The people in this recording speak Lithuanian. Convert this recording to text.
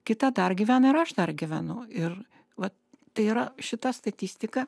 kita dar gyvena ir aš dar gyvenu ir va tai yra šita statistika